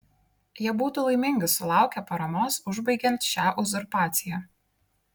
jie būtų laimingi sulaukę paramos užbaigiant šią uzurpaciją